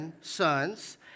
sons